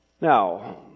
Now